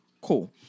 cool